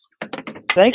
Thank